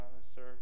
Sir